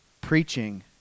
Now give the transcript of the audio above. preaching